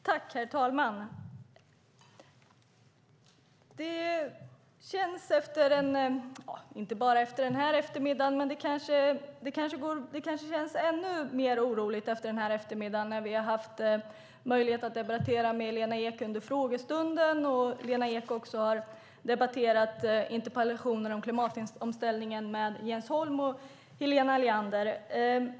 Herr talman! Det känns oroligt inte bara efter den här eftermiddagen, men kanske ännu mer oroligt nu när vi haft möjlighet att debattera med Lena Ek under frågestunden och Lena Ek även haft interpellationsdebatter om klimatomställningen med Jens Holm och Helena Leander.